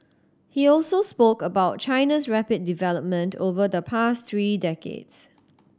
he also spoke about China's rapid development over the past three decades